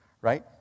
right